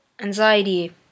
Anxiety